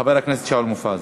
חבר הכנסת שאול מופז.